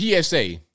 PSA